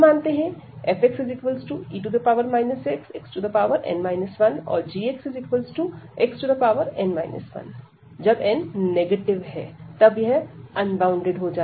हम मानते हैं fxe xxn 1 और gxxn 1 जब n नेगेटिव है तब यह अनबॉउंडेड हो जाता है